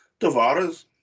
Tavares